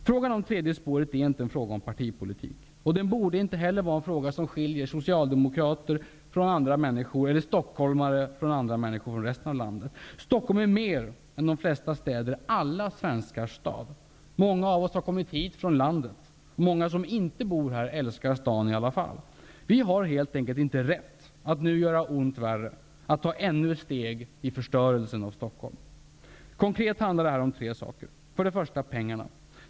Frågan om tredje spåret är inte en fråga om partipolitik, och det borde inte heller vara en fråga som skiljer socialdemokrater eller stockholmare från andra människor i resten av landet. Stockholm är mer än de flesta andra städer alla svenskars stad. Många av oss har kommit hit från landet. Många som inte bor här älskar staden i alla fall. Vi har helt enkelt inte rätt att nu göra ont värre, att ta ännu ett steg i förstörelsen av Stockholm. Konkret handlar det här om tre saker. För det första: pengarna.